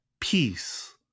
Peace